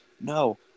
No